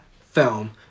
film